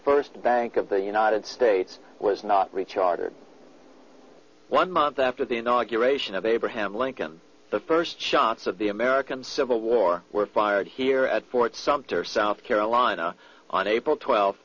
first bank of the united states was not recharter one month after the inauguration of abraham lincoln the first shots of the american civil war were fired here at fort sumter south carolina on april twel